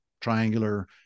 triangular